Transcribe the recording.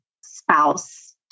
spouse